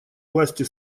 власти